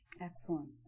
excellent